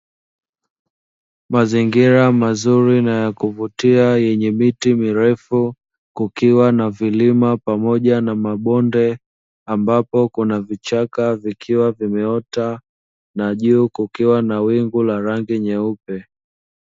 Mazingira mazuri na ya kuvutia yenye miti mirefu, kukiwa na vilima pamoja na mabonde, ambapo kuna vichaka vikiwa vimeota na juu kukiwa na wingu la rangi nyeupe.